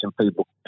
people